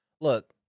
Look